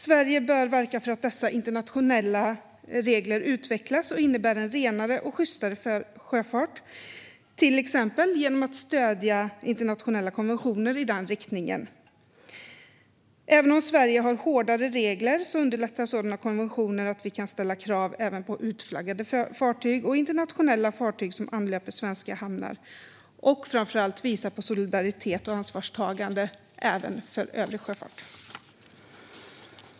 Sverige bör verka för att dessa internationella regler utvecklas och innebär en renare och sjystare sjöfart, till exempel genom att stödja internationella konventioner i den riktningen. Även om Sverige har hårdare regler underlättar sådana konventioner genom att vi kan ställa krav även på utflaggade fartyg och internationella fartyg som anlöper svenska hamnar. Det visar framför allt på solidaritet och ansvarstagande även för övrig sjöfart.